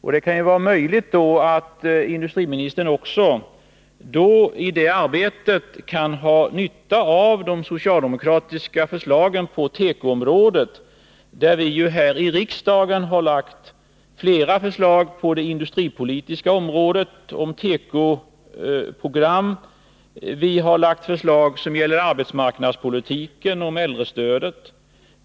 I det arbetet kan industriministern möjligen ha nytta av de socialdemokratiska förslagen på tekoområdet. Vi har här i riksdagen på det industripolitiska området lagt fram flera förslag till tekoprogram. Vi har lagt fram förslag som gäller arbetsmarknadspolitiken och äldrestödet.